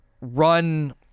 run